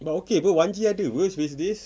but okay [pe] wan G ada [pe] spacedays